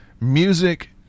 Music